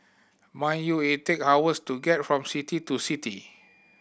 mind you it take hours to get from city to city